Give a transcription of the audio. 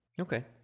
Okay